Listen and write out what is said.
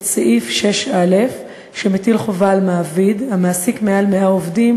את סעיף 6א שמטיל חובה על מעביד המעסיק מעל 100 עובדים